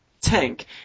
Tank